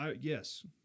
Yes